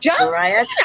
Mariah